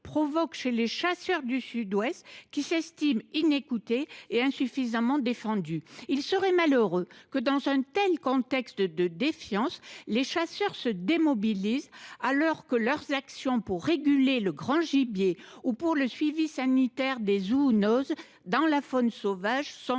provoque chez les chasseurs du Sud Ouest, qui s’estiment inécoutés et insuffisamment défendus. Il serait malheureux que, dans un tel contexte de défiance, les chasseurs se démobilisent alors que leurs actions pour réguler le grand gibier ou pour le suivi sanitaire des zoonoses dans la faune sauvage sont